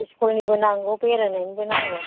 इस्कुलनिबो नांगौ बेरायनायनिबो नांगौ